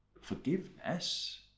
Forgiveness